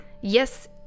Yes